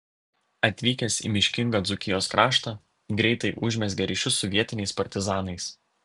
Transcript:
atvykęs į miškingą dzūkijos kraštą greitai užmezgė ryšius su vietiniais partizanais